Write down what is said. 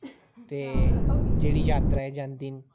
ते जेह्ड़ी जात्तरा ऐ जन्दी न